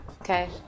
Okay